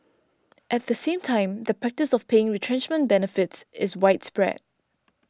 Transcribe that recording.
at the same time the practice of paying retrenchment benefits is widespread